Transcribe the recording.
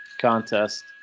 Contest